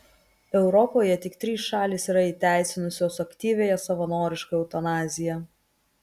europoje tik trys šalys yra įteisinusios aktyviąją savanorišką eutanaziją